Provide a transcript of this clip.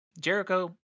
Jericho